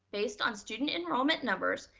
based on student enrollment numbers,